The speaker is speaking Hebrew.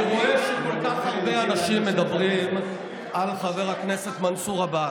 אני רואה שכל כך הרבה אנשים מדברים על חבר הכנסת מנסור עבאס.